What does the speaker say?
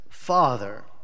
Father